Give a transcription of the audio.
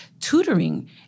tutoring